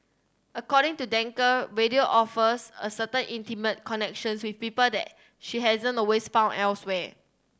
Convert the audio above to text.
according to Danker radio offers a certain intimate connections with people that she hasn't always found elsewhere